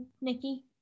Nikki